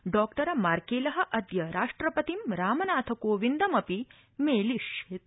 doctor Merkel अद्य राष्ट्रपतिं रामनाथकोविंदमपि मेलिष्यति